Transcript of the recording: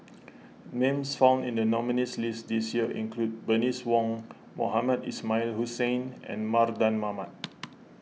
names found in the nominees' list this year include Bernice Wong Mohamed Ismail Hussain and Mardan Mamat